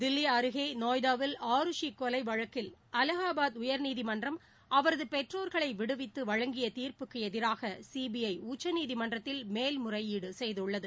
தில்லி அருகே நொய்டாவில் ஆருஷி கொலை வழக்கில் அலாகாபாத் உயர்நீதிமன்றம் அவரது பெற்றோர்களை விடுவித்து வழங்கிய தீர்ப்புக்கு எதிராக சிபிஐ உச்சநீதிமன்றத்தில் மேல்முறையீடு செய்துள்ளது